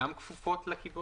גם כפופות לקיבולת?